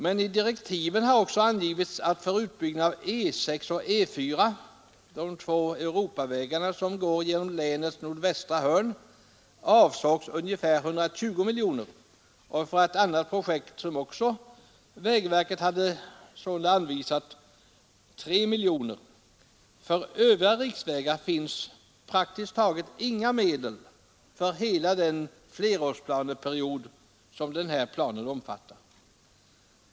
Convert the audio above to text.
Men i direktiven har också angivits att för utbyggnad av E 6 och E 4, de två europavägarna som går genom länets nordvästra hörn, avsågs 120 miljoner kronor. För ett annat projekt, som vägverket sålunda också har anvisat medel till, avsågs 3 miljoner kronor. För övriga riksvägar finns praktiskt taget inga medel för hela den flerårsplaneperiod som den här planen omfattar.